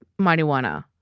marijuana